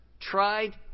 tried